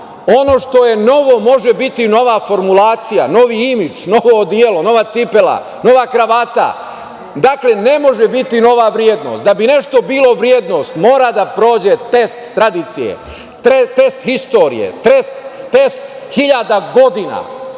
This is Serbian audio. Ono što je novo može biti nora formulacija, novi imidž, novo odelo, nova cipela, nova kravata. Dakle, ne može biti nova vrednost. Da bi nešto bilo vrednost mora da prođe test tradicije, test historije, test hiljada godina